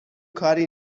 کاری